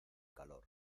calor